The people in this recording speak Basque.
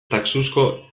taxuzko